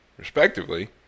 respectively